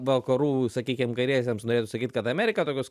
vakarų sakykim kairiesiems norėtųs sakyt kad amerika tokius